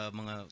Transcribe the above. mga